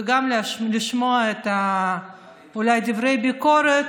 וגם לשמוע אולי דברי ביקורת.